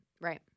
right